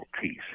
peace